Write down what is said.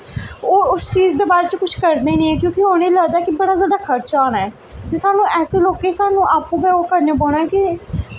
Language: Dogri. ओह् उस चीज दे बारे च कुछ करदे निं ऐ क्यूंकि उ'नें ई लगदा ऐ कि बड़ा जादा खर्चा होना ऐ ते सानू ऐसे लोकें गी सानू आपू गै ओह् करने पौना ऐ कि